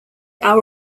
are